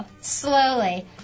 slowly